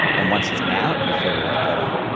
and once it's out you feel a lot better.